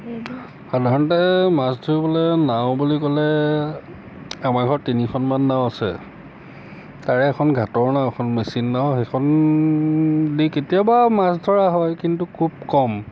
সাধাৰণতে মাছ ধৰিবলৈ নাও বুলি ক'লে আমাৰ এইডোখৰত তিনিখনমান নাও আছে তাৰে এখন ঘাটৰ নাও এখন মেচিন নাও সেইখন দি কেতিয়াবা মাছ ধৰা হয় কিন্তু খুব কম